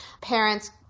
parents